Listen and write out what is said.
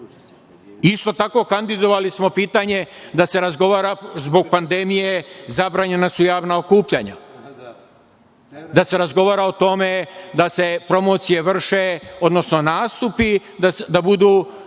tako kandidovali smo pitanje da se razgovara, zbog pandemije zabranjena su javna okupljanja, da se razgovara o tome, da se promocije vrše, odnosno nastupi da budu